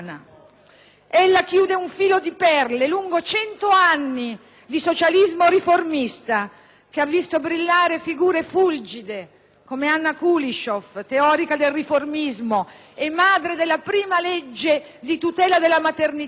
Ella chiude un filo di perle lungo cento anni di socialismo riformista, che ha visto brillare figure fulgide come Anna Kulishov, teorica del riformismo e madre della prima legge di tutela della maternità,